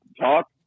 talk